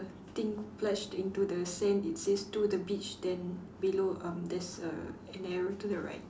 thing plunged into the sand it says to the beach then below um there's a an arrow to the right